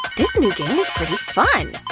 this new game is pretty fun.